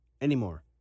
anymore